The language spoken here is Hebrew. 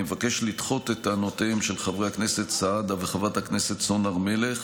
נבקש לדחות את טענותיהם של חבר הכנסת סעדה וחברת הכנסת סון הר מלך,